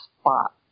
spot